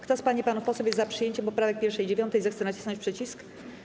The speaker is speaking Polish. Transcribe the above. Kto z pań i panów posłów jest za przyjęciem poprawek 1. i 9., zechce nacisnąć przycisk.